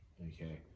Okay